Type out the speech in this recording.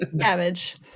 Cabbage